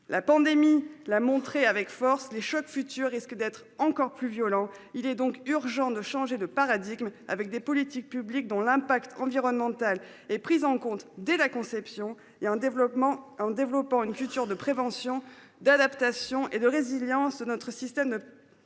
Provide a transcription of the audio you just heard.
la pandémie l'montré avec force les chocs futurs risques que d'être encore plus violents. Il est donc urgent de changer de paradigme, avec des politiques publiques dont l'impact environnemental est prise en compte dès la conception et en développement en développant une culture de prévention d'adaptation et de résilience. Notre système de. Protection